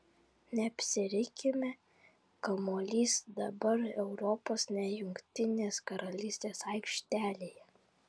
neapsirikime kamuolys dabar europos ne jungtinės karalystės aikštelėje